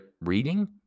reading